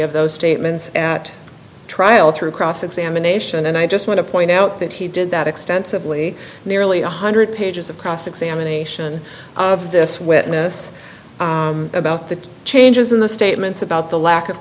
of those statements at trial through cross examination and i just want to point out that he did that extensively nearly one hundred pages of cross examination of this witness about the changes in the statements about the lack of